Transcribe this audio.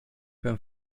beim